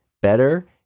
better